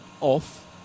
off